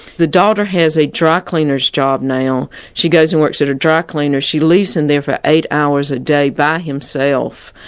the daughter has a dry-cleaner's job now, she goes and works at a dry-cleaner's. she leaves him there for eight hours a day by himself.